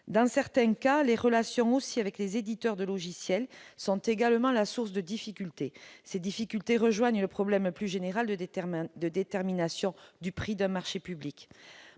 Dans certains cas, les relations avec les éditeurs de logiciels sont également la source de difficultés, qui rejoignent le problème plus général de détermination du prix d'un marché public.